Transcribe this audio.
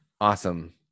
Awesome